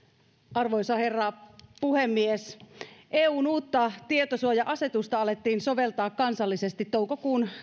arvoisa herra puhemies eun uutta tietosuoja asetusta alettiin soveltaa kansallisesti toukokuun